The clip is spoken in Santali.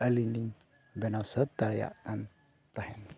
ᱟᱹᱞᱤᱧ ᱞᱤᱧ ᱵᱮᱱᱟᱣ ᱥᱟᱹᱛ ᱫᱟᱲᱮᱭᱟᱜ ᱠᱟᱱ ᱛᱟᱦᱮᱱ